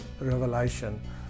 revelation